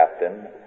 captain